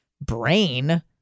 brain